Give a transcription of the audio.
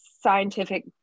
scientific